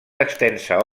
extensa